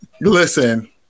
listen